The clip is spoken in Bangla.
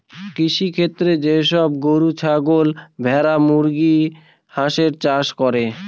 কৃষিক্ষেত্রে যে সব গরু, ছাগল, ভেড়া, মুরগি, হাঁসের চাষ করে